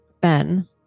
Ben